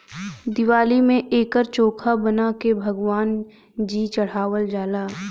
दिवाली में एकर चोखा बना के भगवान जी चढ़ावल जाला